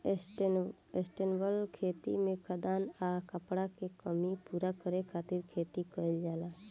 sustainable खेती में खाद्यान आ कपड़ा के कमी पूरा करे खातिर खेती कईल जाला